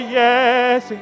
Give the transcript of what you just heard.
yes